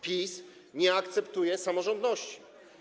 PiS nie akceptuje samorządności.